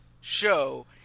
show